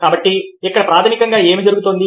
కాబట్టి ఇక్కడ ప్రాథమికంగా ఏమి జరుగుతోంది